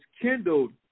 kindled